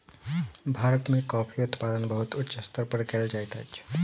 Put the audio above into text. भारत में कॉफ़ी उत्पादन बहुत उच्च स्तर पर कयल जाइत अछि